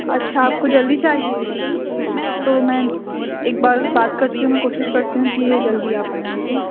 اچھا آپ کو جلدی چاہیے یہ تو میم ایک بار بات کرتی ہوں میں کوشش کرتی ہوں کہ یہ جلدی آ پائیں اوکے